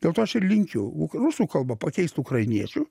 dėl to aš ir linkiu uk rusų kalbą pakeist ukrainiečių